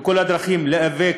בכל הדרכים, להיאבק